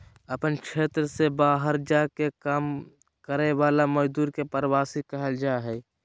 अपन क्षेत्र से बहार जा के काम कराय वाला मजदुर के प्रवासी कहल जा हइ